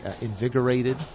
invigorated